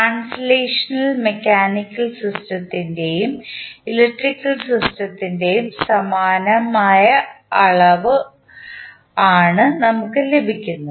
translational mechanical സിസ്റ്റത്തിൻറെയും electrical സിസ്റ്റത്തിൻറെയും സമാനമായ അളവ് നമുക്ക് ലഭിക്കും